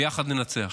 ביחד ננצח.